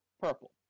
purple